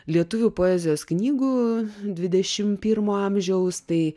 lietuvių poezijos knygų dvidešim pirmo amžiaus tai